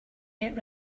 yet